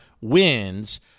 wins